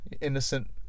Innocent